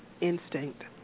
instinct